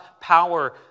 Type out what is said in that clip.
power